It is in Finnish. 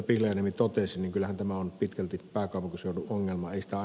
pihlajaniemi totesi niin kyllähän tämä on pitkälti pääkaupunkiseudun ongelma